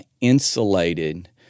insulated